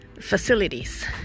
facilities